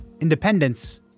independence